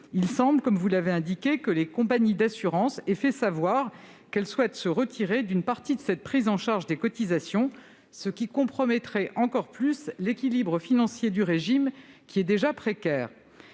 Il semble, comme vous l'avez indiqué, que les compagnies d'assurances aient fait savoir qu'elles souhaitaient se retirer d'une partie de cette prise en charge des cotisations, ce qui compromettrait encore plus l'équilibre financier déjà précaire